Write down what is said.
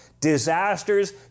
disasters